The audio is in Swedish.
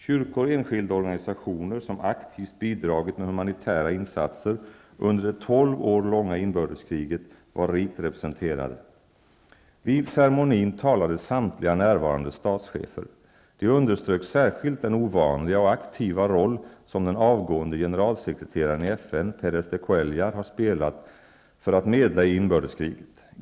Kyrkor och enskilda organisationer, som aktivt bidragit med humanitära insatser under det tolv år långa inbördeskriget, var rikt representerade. Vid ceremonin talade samtliga närvarande statschefer. De underströk särskilt den ovanliga och aktiva roll som den avgående generalsekreteraren i FN, Pérez de Cuellar, har spelat för att medla i inbördeskriget.